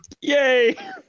Yay